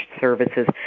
services